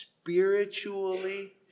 Spiritually